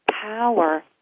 power